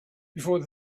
before